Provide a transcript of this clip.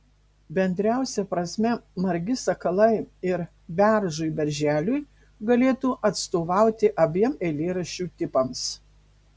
bendriausia prasme margi sakalai ir beržui berželiui galėtų atstovauti abiem eilėraščių tipams